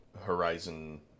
horizon